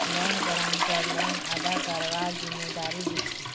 loan guarantor loan अदा करवार जिम्मेदारी लीछे